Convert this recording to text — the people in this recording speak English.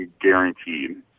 guaranteed